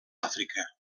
àfrica